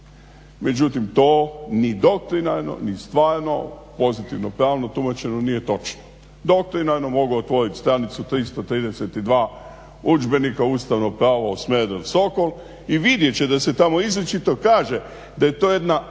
Međutim to ni doktrinarno ni stvarno pozitivno pravno tumačeno nije točno. Doktrinarno mogu otvoriti stranicu 332 udžbenika ustavnog prava od Smerdel, Sokol i vidjet će da se tamo izričito kaže da je to jedna